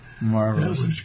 Marvelous